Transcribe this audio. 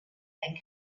and